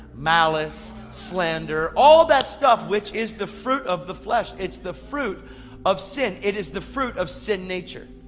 malice, slander, all that stuff which is the fruit of the flesh. it's the fruit of sin. it is the fruit of sin nature.